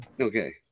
Okay